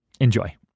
Enjoy